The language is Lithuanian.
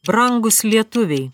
brangūs lietuviai